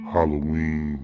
Halloween